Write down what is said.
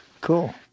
Cool